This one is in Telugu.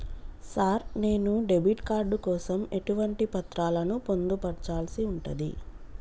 సార్ నేను డెబిట్ కార్డు కోసం ఎటువంటి పత్రాలను పొందుపర్చాల్సి ఉంటది?